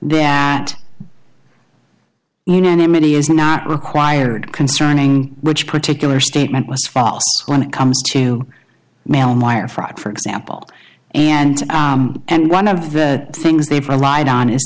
many is not required concerning which particular statement was fast when it comes to mail and wire fraud for example and and one of the things they provide on is